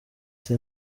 ati